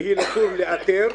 ולתור ולאתר.